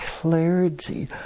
clarity